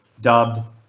dubbed